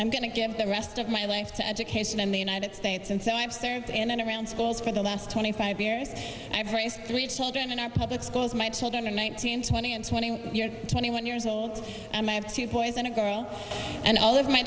i'm going to give the rest of my life to education in the united states and so i've served in and around schools for the last twenty five years i've raised three children in our public schools my children are nineteen twenty and twenty one years twenty one years old and i have two boys and a girl and all of my